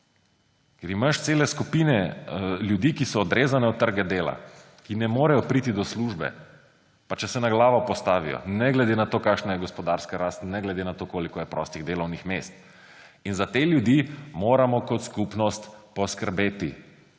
Ker imaš cele skupine ljudi, ki so odrezane od trga dela, ki ne morejo priti do službe, pa če se na glavo postavijo, ne glede na to, kakšna je gospodarska rast, ne glede na to, koliko je prostih delovnih mest. Za te ljudi moramo kot skupnost poskrbeti.